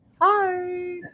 hi